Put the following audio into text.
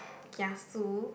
kiasu